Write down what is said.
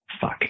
Fuck